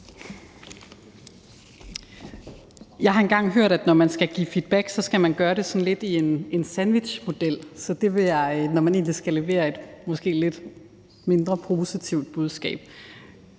Jeg har engang hørt, at når man skal give feedback, skal man gøre det sådan lidt i en sandwichmodel, når man skal levere et måske lidt mindre positivt budskab,